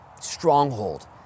stronghold